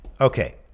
okay